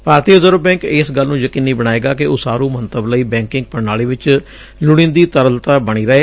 ਭਾਰਤੀ reserve bank ਇਸ ਗੱਲ ਨੂੰ ਯਕੀਨੀ ਬਣਾਏਗਾ ਕਿ ਉਸਾਰੁ ਮੰਤਵ ਲਈ ਬੈਂਕਿੰਗ ਪ੍ਰਣਾਲੀ ਚ ਲੁੜੀਂਦੀ ਤਰਲਤਾ ਬਣੀ ਰਹੇ